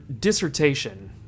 dissertation